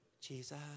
Jesus